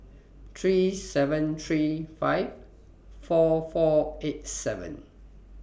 three seven three five four four eight seven